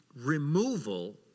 removal